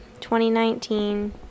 2019